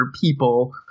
people